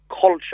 culture